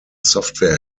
software